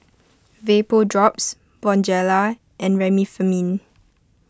Vapodrops Bonjela and Remifemin